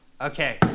Okay